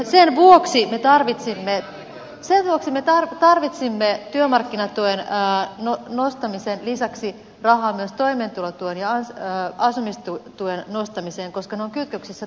sen vuoksi me tarvitsimme työmarkkinatuen nostamisen lisäksi rahaa myös toimeentulotuen ja asumistuen nostamiseen koska ne ovat kytköksissä toisiinsa